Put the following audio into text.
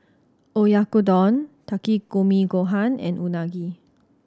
Oyakodon Takikomi Gohan and Unagi